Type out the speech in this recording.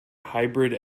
hybrid